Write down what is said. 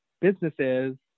businesses